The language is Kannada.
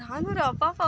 ನಾನೂರ ಅಬ್ಬಾ